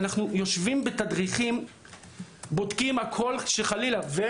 אנחנו יושבים בתדריכים ובודקים הכל כדי שחלילה לא